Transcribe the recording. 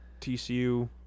tcu